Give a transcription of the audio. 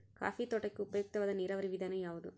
Coffee ತೋಟಕ್ಕೆ ಉಪಯುಕ್ತವಾದ ನೇರಾವರಿ ವಿಧಾನ ಯಾವುದು?